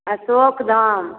Ashok Dham